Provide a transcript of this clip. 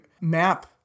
map